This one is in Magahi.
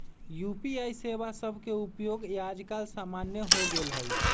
यू.पी.आई सेवा सभके उपयोग याजकाल सामान्य हो गेल हइ